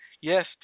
yes